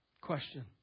Question